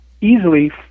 easily